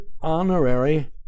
honorary